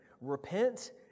repent